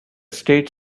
state